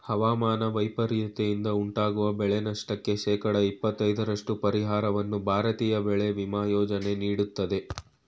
ಹವಾಮಾನ ವೈಪರೀತ್ಯದಿಂದ ಉಂಟಾಗುವ ಬೆಳೆನಷ್ಟಕ್ಕೆ ಶೇಕಡ ಇಪ್ಪತೈದರಷ್ಟು ಪರಿಹಾರವನ್ನು ಭಾರತೀಯ ಬೆಳೆ ವಿಮಾ ಯೋಜನೆ ನೀಡುತ್ತದೆ